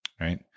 right